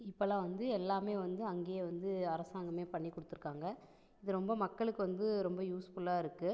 இப்பெல்லாம் வந்து எல்லாமே வந்து அங்கே வந்து அரசாங்கமே பண்ணி கொடுத்துருக்காங்க இது ரொம்ப மக்களுக்கு வந்து ரொம்ப யூஸ்ஃபுல்லாக இருக்கு